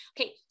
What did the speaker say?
Okay